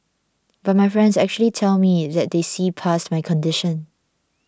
but my friends actually tell me that they see past my condition